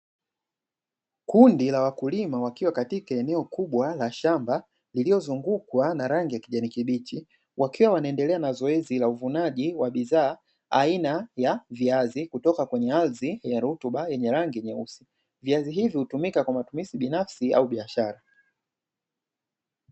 Kundi la wakulima wakiwa katika eneo kubwa la shamba lililozungukwa na rangi ya kijani kibichi, wakiwa wanaendelea na zoezi la uvunaji wa bidhaa aina ya viazi kutoka kwenye ardhi ya rutuba yenye rangi nyeusi, viazi hivi hutumika kwa matumizi binafsi au biashara.